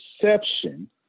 perception